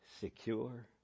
secure